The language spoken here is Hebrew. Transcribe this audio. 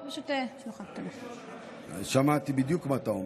אני שמעתי בדיוק מה אתה אומר.